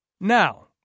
Now